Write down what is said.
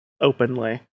openly